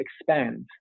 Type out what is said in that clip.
expand